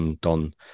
Don